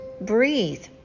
breathe